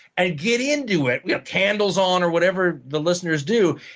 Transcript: and get into it with candles on or whatever the listeners do,